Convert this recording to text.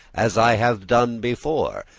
as i have done before,